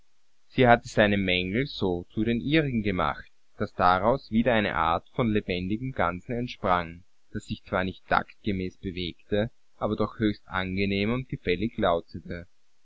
sie hatte seine mängel so zu den ihrigen gemacht daß daraus wieder eine art von lebendigem ganzen entsprang das sich zwar nicht taktgemäß bewegte aber doch höchst angenehm und gefällig lautete